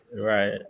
right